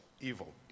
evil